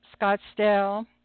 Scottsdale